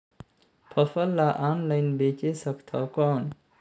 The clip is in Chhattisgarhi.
फसल ला ऑनलाइन बेचे सकथव कौन?